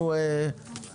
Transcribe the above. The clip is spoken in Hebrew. בוקר טוב.